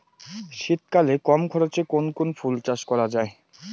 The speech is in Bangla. শীতকালে কম খরচে কোন কোন ফুল চাষ করা য়ায়?